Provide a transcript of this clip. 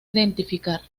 identificar